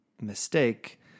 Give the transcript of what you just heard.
mistake